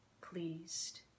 pleased